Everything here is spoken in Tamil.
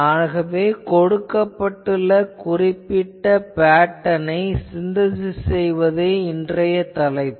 ஆகவே கொடுக்கப்பட்டுள்ள குறிப்பிட்ட பேட்டர்ன் ஐ சின்தசிஸ் செய்வதே இன்றைய தலைப்பு